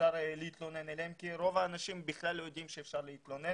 שאפשר להתלונן אליהם כי רוב האנשים בכלל לא יודעים שאפשר להתלונן.